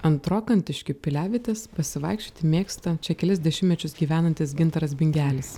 ant rokantiškių piliavietės pasivaikščioti mėgsta čia kelis dešimtmečius gyvenantis gintaras bingelis